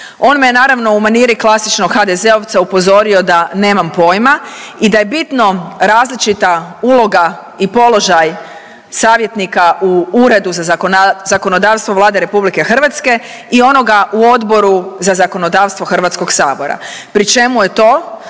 On me je naravno u maniri klasičnog HDZ-ovca upozorio da nemam pojma i da je bitno različita uloga i položaj savjetnika u Uredu za zakonodavstvo Vlade RH i onoga u Odboru za zakonodavstvo HS pri čemu je to